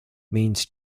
means